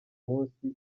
munsi